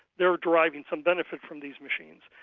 they're deriving some benefit from these machines,